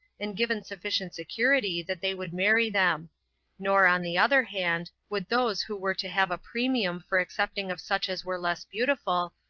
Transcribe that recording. and given sufficient security that they would marry them nor, on the other hand, would those who were to have a premium for accepting of such as were less beautiful,